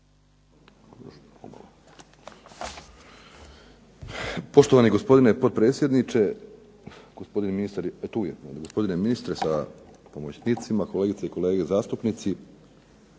Poštovani gospodine potpredsjedniče, gospodine ministre sa pomoćnicima, kolegice i kolege zastupnici.